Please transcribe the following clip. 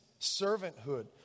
servanthood